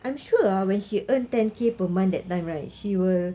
I'm sure ah when she earn ten K per month that time right she will